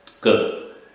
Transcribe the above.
Good